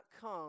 come